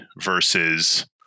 versus